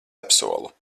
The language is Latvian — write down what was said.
apsolu